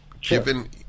given